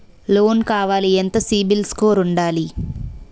Loan కావాలి ఎంత CIBIL score ఉండాలి?